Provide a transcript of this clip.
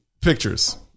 pictures